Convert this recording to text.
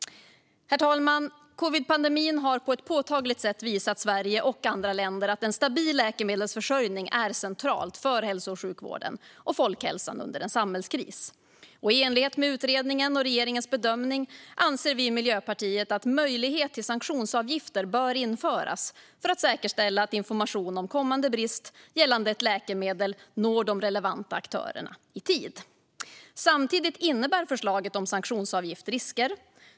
Herr talman! Covidpandemin har på ett påtagligt sätt visat Sverige och andra länder att en stabil läkemedelsförsörjning är central för hälso och sjukvården och folkhälsan under en samhällskris. I enlighet med utredningen och regeringens bedömning anser vi i Miljöpartiet att möjlighet till sanktionsavgifter bör införas för att säkerställa att information om kommande brist gällande ett läkemedel når de relevanta aktörerna i tid. Samtidigt innebär förslaget om sanktionsavgift risker.